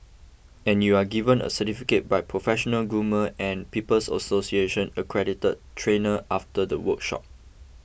and you are given a certificate by professional groomer and People's Association accredited trainer after the workshop